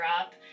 up